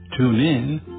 TuneIn